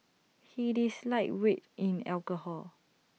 he is lightweight in alcohol